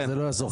זה לא יעזור לך,